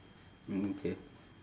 mm K